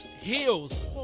heels